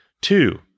Two